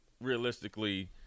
realistically –